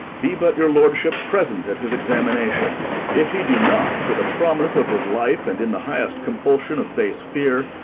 be but your lordship present at his examination if he do not, for the promise of his life and in the highest compulsion of base fear,